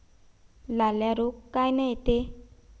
लाल्या रोग कायनं येते?